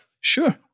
Sure